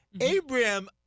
Abraham